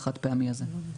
החד פעמי הזה.